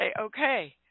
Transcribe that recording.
okay